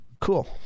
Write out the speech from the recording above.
Cool